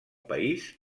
país